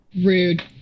rude